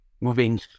Moving